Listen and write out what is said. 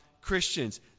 Christians